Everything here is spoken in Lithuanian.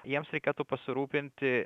jiems reikėtų pasirūpinti